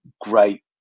great